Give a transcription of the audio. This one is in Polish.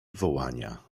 wołania